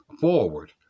forward